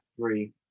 three